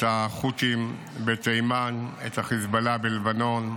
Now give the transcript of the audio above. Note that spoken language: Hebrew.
את החות'ים בתימן, את החיזבאללה בלבנון,